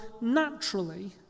naturally